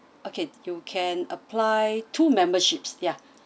okay you can apply two memberships ya